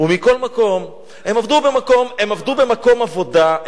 מכל מקום, הם עבדו במקום עבודה.